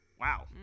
wow